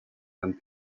tan